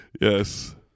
Yes